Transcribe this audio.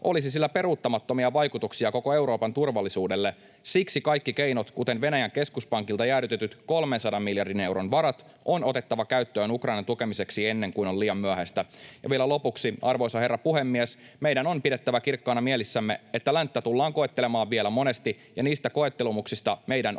olisi sillä peruuttamattomia vaikutuksia koko Euroopan turvallisuudelle. Siksi kaikki keinot, kuten Venäjän keskuspankilta jäädytetyt 300 miljardin varat, on otettava käyttöön Ukrainan tukemiseksi ennen kuin on liian myöhäistä. Ja vielä lopuksi, arvoisa herra puhemies: Meidän on pidettävä kirkkaana mielissämme, että länttä tullaan koettelemaan vielä monesti ja niistä koettelemuksista meidän on